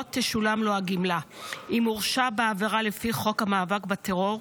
לא תשולם לו הגמלה אם הורשע בעבירה לפי חוק המאבק בטרור,